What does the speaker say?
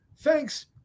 Thanks